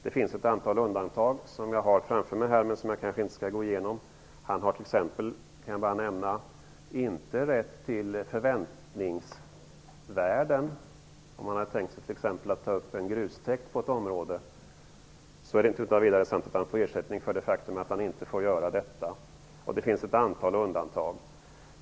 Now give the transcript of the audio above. Det finns ett antal undantag som jag har här framför mig, nedskrivna på ett papper. Jag kanske inte skall gå igenom dem nu. Jag vill bara nämna att markägaren t.ex. inte har rätt till förväntningsvärden. Om han t.ex. har tänkt sig att ta upp en grustäkt på ett område är det inte utan vidare sant att han får ersättning för det faktum att han inte får göra detta. Det finns alltså ett antal undantag.